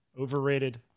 overrated